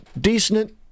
decent